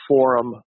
Forum